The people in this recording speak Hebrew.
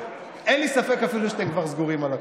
אין לי ספק אפילו שאתם כבר סגורים על הכול,